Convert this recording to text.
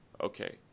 Okay